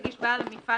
יגיש בעל המפעל